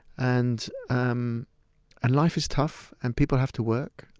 and um and life is tough and people have to work.